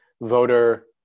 voter